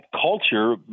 culture